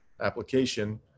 application